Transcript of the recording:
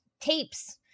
tapes